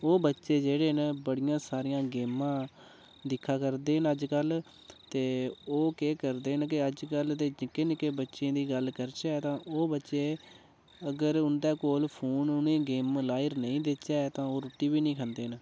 ओह् बच्चे जेह्ड़े न बड़ियां सारियां गेमां दिक्खा करदे न अज्जकल ते ओह् केह करदे न कि अज्जकल दे निक्के निक्के बच्चें दी गल्ल करचै तां ओह् बच्चे अगर उं'दे कोल फोन उनेंगी गेम लाई'र नेईं देचै तां ओह् रुट्टी बी नेईं खंदे न